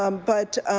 um but